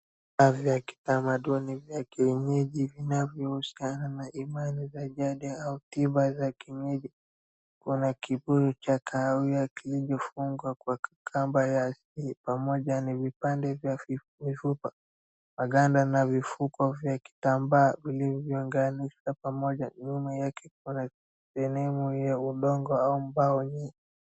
Afya ya kitamaduni vya kienyeji vinavyohusiana na imani za jadi au tiba za kienyeji. Kuna kibuyu cha kahawia ya kijani iliyofungwa kwa kikamba ya si pamoja na vipande vya mifupa, maganda na vifuko vya kitambaa Vilivyo unganishwa pamoja nyuma yake kuna senamu ya udongo au mbao.